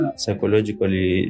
psychologically